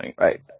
Right